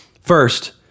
First